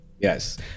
Yes